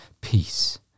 peace